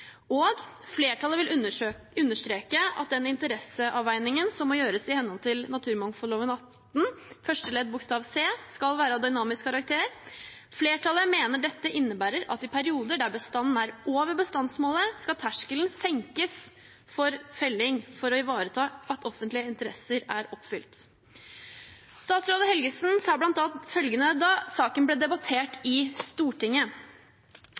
understreke at den interesseavveiningen som må gjøres i henhold til naturmangfoldloven § 18 første ledd bokstav c, skal være av dynamisk karakter. Flertallet mener dette innebærer at i perioder der bestanden er over bestandsmålet, skal terskelen senkes for når vilkårene for felling for å ivareta offentlige interesser er oppfylt.» Daværende statsråd Helgesen sa bl.a. følgende da saken ble debattert i Stortinget: